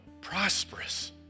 prosperous